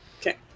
Okay